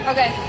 Okay